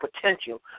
potential